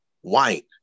white